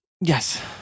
Yes